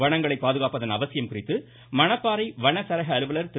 வனங்களை பாதுகாப்பதன் அவசியம் குறித்து மணப்பாறை வன சரக அலுவலர் திரு